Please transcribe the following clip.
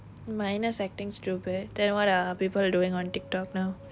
minors acting stupid then what are people doing on Tik Tok now